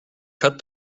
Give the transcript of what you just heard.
cut